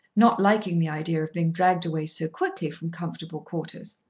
not liking the idea of being dragged away so quickly from comfortable quarters.